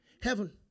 heaven